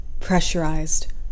pressurized